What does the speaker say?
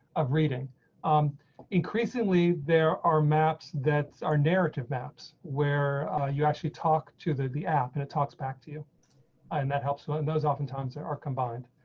of reading um increasingly there are maps that are narrative maps where you actually talk to the the app and it talks back to you and that helps those oftentimes are combined.